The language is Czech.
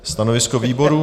Stanovisko výboru?